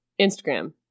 instagram